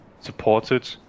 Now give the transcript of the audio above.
supported